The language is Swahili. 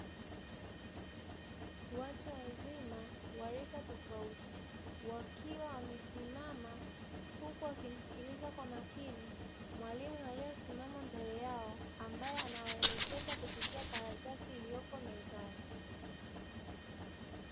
Watu wazima wa rika tofauti wakiwa wamesimama, huku wakimsikiliza kwa makini mwalimu aliyesimama mbele yao ambaye anawaelekeza kupitia karatasi iliyopo mezani.